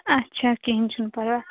اچھا کِہیٖنۍ چھُنہٕ پَروا